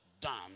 Done